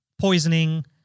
poisoning